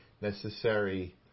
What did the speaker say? necessary